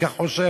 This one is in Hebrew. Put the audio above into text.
כך אני חושב.